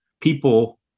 people